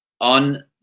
on